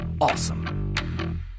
awesome